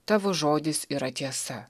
tavo žodis yra tiesa